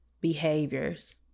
behaviors